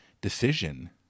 decision